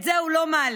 את זה הוא לא מעלה.